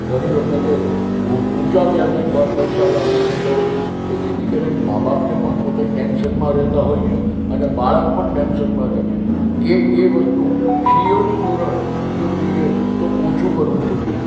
ઘણી વખતે ઊંચા વ્યાજે પૈસા લાવી ને એ કરે છે કે જેથી કરીને માં બાપને પણ પોતે ટેન્શનમાં રહેતાં હોય છે અને બાળક પણ ટેન્શનમાં રહે છે એ એ વસ્તુ ફીઓની ધોરણ જો જોઈએ તો ઓછું કરવું જોઈએ